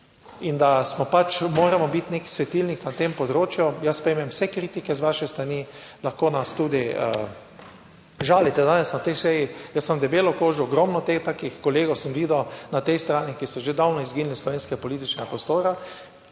in da smo pač, moramo biti nek svetilnik na tem področju. Jaz sprejmem vse kritike z vaše strani, lahko nas tudi žalite danes na tej seji. Jaz imam debelo kožo, ogromno teh takih kolegov sem videl na tej strani, ki so že davno izginili iz slovenskega političnega prostora.